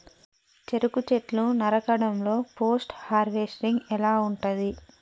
చెరుకు చెట్లు నరకడం లో పోస్ట్ హార్వెస్టింగ్ ఎలా ఉంటది?